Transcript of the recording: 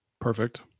perfect